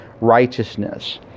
righteousness